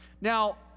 Now